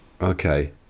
Okay